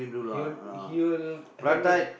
he will he will handmade